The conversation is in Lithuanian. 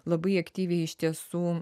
labai aktyviai iš tiesų